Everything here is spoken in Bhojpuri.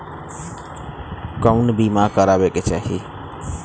कउन बीमा करावें के चाही?